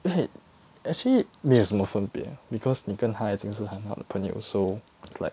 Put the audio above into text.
wait actually 没什么分别 because 你跟她已经是很好的朋友 so like